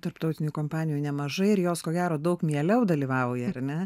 tarptautinių kompanijų nemažai ir jos ko gero daug mieliau dalyvauja ar ne